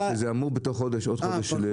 בגלל שזה אמור עוד חודש --- שבועיים.